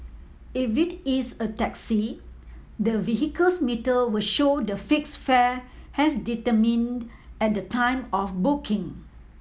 if it is a taxi the vehicle's meter will show the fixed fare as determined at the time of booking